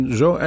zo